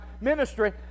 ministry